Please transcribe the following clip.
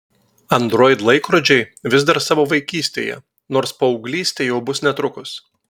android laikrodžiai vis dar savo vaikystėje nors paauglystė jau bus netrukus